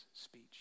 speech